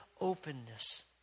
openness